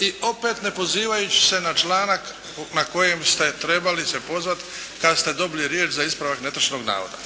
i opet ne pozivajući se na članak na koji ste trebali se pozvati kad ste dobili riječ za ispravak netočnog navoda.